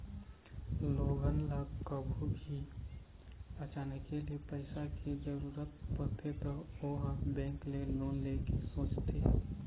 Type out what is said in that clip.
लोगन ल कभू भी अचानके ले पइसा के जरूरत परथे त ओ ह बेंक ले लोन ले के सोचथे